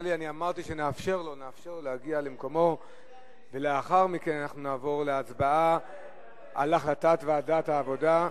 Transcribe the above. נאפשר לך להגיע למקום ולאחר מכן נעבור להצבעה על החלטת ועדת העבודה.